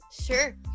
sure